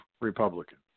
Republican